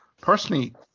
Personally